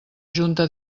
junta